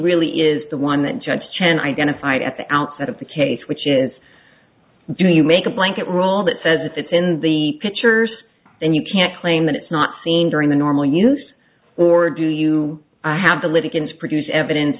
really is the one that judge chan identified at the outset of the case which is do you make a blanket rule that says if it's in the pictures and you can't claim that it's not seen during the normal use or do you have the litigants produce evidence